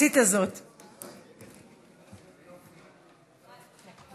הצעת החוק חוזרת לדיון בוועדת הכלכלה.